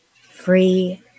Free